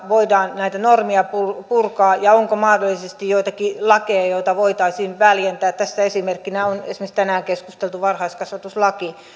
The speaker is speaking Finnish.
voidaan näitä normeja purkaa ja onko mahdollisesti joitakin lakeja joita voitaisiin väljentää tästä esimerkkinä on esimerkiksi tänään keskusteltu varhaiskasvatuslaki